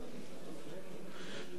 יש סיכונים היום במצב.